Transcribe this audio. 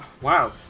Wow